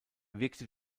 wirkte